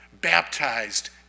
baptized